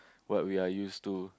what we are use to